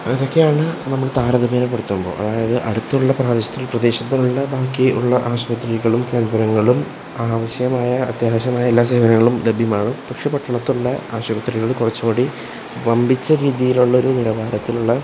അതൊക്കെയാണ് നമ്മൾ താരതമ്യപ്പെടുത്തുമ്പോള് അതായത് അടുത്തുള്ള പ്രാദേശിക പ്രദേശത്തുള്ള ബാക്കിയുള്ള ആശുപത്രികളും കേന്ദ്രങ്ങളും ആവശ്യമായ അത്യാവശ്യമായ എല്ലാ സേവനങ്ങളും ലഭ്യമാണ് പക്ഷെ പട്ടണത്തിലുള്ള ആശുപത്രികളിൽ കുറച്ചുകൂടി വമ്പിച്ച രീതിയിലൊള്ളൊരു നിലവാരത്തിലുള്ള